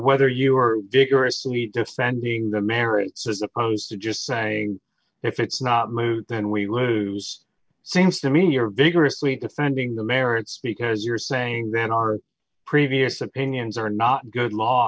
whether you are vigorously defending the merits as opposed to just saying if it's not moot then we lose seems to mean you're vigorously defending the merits because you're saying then our previous opinions are not good law